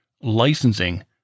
licensing